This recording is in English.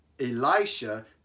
Elisha